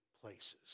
places